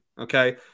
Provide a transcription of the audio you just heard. okay